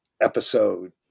episode